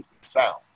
sound